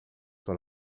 con